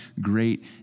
great